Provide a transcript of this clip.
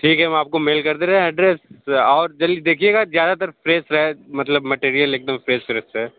ठीक है हम आपको मेल कर दे रहे हैं अड्रेस और जल्दी देखिएगा ज़्यादातर फ्रेश मतलब मटेरिअल एकदम फ्रेश है